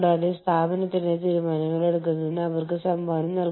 അല്ലെങ്കിൽ ഒരു പൊതു പദ്ധതിയിൽ പ്രവർത്തിക്കുന്നു